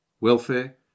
welfare